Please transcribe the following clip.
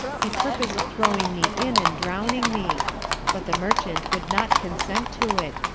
he purpos'd throwing me in and drowning me but the merchant would not consent to it,